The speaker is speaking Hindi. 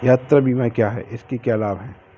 यात्रा बीमा क्या है इसके क्या लाभ हैं?